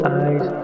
eyes